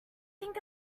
think